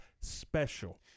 special